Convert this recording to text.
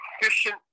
efficient